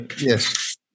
yes